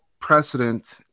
precedent